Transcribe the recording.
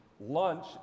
Lunch